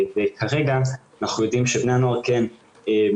וכרגע אנחנו יודעים שבני הנוער כן משתמשים